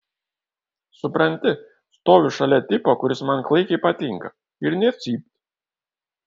supranti stoviu šalia tipo kuris man klaikiai patinka ir nė cypt